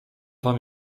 wam